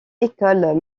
écoles